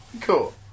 Cool